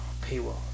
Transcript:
Paywall